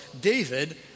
David